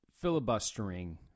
filibustering